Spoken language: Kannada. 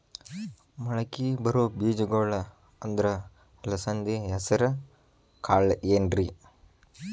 ಮಳಕಿ ಬರೋ ಬೇಜಗೊಳ್ ಅಂದ್ರ ಅಲಸಂಧಿ, ಹೆಸರ್ ಕಾಳ್ ಏನ್ರಿ?